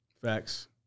Facts